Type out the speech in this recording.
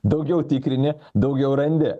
daugiau tikrini daugiau randi